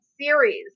series